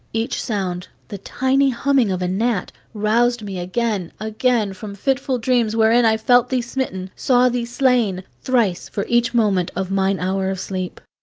each sound the tiny humming of a gnat, roused me again, again, from fitful dreams wherein i felt thee smitten, saw thee slain, thrice for each moment of mine hour of sleep.